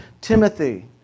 Timothy